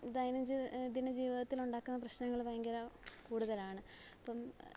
ദൈനം ജി ദിന ജീവിതത്തിൽ ഉണ്ടാക്കുന്ന പ്രശ്നങ്ങൾ ഭയങ്കര കൂടുതലാണ് അപ്പം